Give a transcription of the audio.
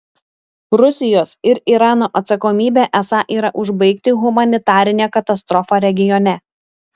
rusijos ir irano atsakomybė esą yra užbaigti humanitarinę katastrofą regione